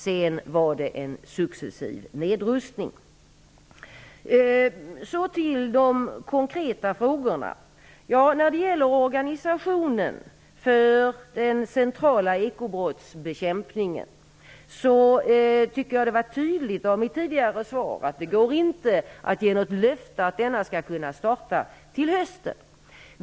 Sedan var det en successiv nedrustning. Till de konkreta frågorna. När det gäller organisationen för den centrala ekobrottsbekämpningen tycker jag att det framgick tydligt av mitt tidigare svar att det inte går att ge något löfte om att denna skall kunna starta till hösten.